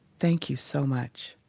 thank you so much.